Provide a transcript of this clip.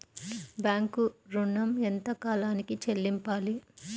Bank ఋణం ఎంత కాలానికి చెల్లింపాలి?